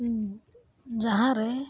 ᱡᱟᱦᱟᱸ ᱨᱮ